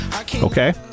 Okay